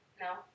No